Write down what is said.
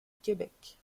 québec